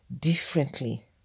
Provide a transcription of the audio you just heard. differently